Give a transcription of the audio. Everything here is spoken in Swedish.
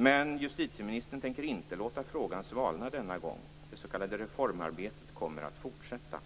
Men justitieministern tänker inte låta frågan svalna denna gång. Det s.k. reformarbetet kommer att fortsätta.